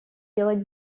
делать